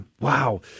wow